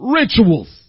rituals